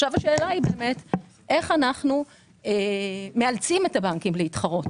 עכשיו השאלה היא איך אנחנו מאלצים את הבנקים להתחרות.